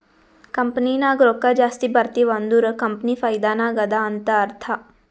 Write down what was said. company ನಾಗ್ ರೊಕ್ಕಾ ಜಾಸ್ತಿ ಬರ್ತಿವ್ ಅಂದುರ್ ಕಂಪನಿ ಫೈದಾ ನಾಗ್ ಅದಾ ಅಂತ್ ಅರ್ಥಾ